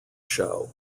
show